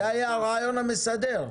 זה היה הרעיון המסדר.